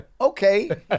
okay